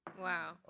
Wow